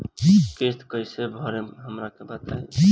किस्त कइसे भरेम हमरा के बताई?